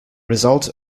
result